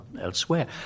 elsewhere